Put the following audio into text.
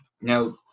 Now